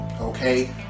okay